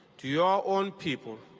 to your own people,